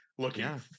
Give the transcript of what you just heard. looking